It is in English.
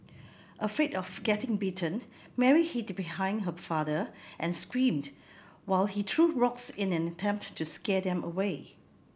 afraid of getting bitten Mary hid behind her father and screamed while he threw rocks in an attempt to scare them away